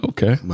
Okay